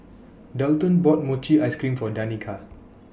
Dalton bought Mochi Ice Cream For Danika